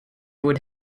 would